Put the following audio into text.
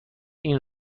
این